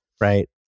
right